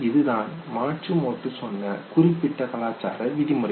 இதுதான் மாட்சுமோட்டோ சொன்ன குறிப்பிட்ட கலாச்சார விதிமுறை